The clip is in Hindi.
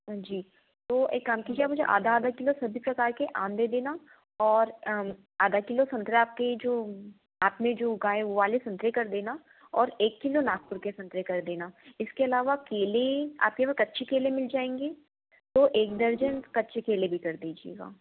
जी तो एक काम कीजिए आप मुझे आधा आधा किलो सभी प्रकार के आम दे देना और आधा किलो संतरा आप के जो आपने जो कहा है वो वाले संतरे कर देना और एक किलो नागपुर वाले संतरा के देना और इसके अलावा केले आपके पास कच्चे केले मिल जाएँगे तो एक दर्जन कच्चे केले भी कर दीजिएगा